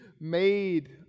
made